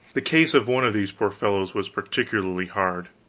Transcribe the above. the case of one of these poor fellows was particularly hard.